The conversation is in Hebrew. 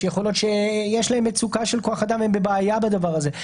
שיכול להיות שיש להם מצוקה של כוח אדם והם בבעיה בדבר הזה.